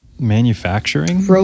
Manufacturing